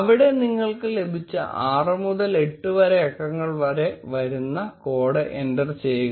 അവിടെ നിങ്ങൾക്ക് ലഭിച്ച 6 മുതൽ 8 അക്കങ്ങൾ വരെ വരുന്ന കോഡ് എന്റർ ചെയ്യുക